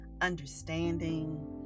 understanding